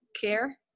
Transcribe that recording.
care